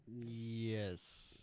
Yes